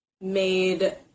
made